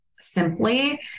Simply